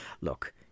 look